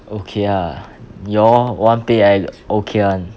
okay ah you all want pay I okay [one]